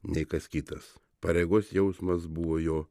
nei kas kitas pareigos jausmas buvo jo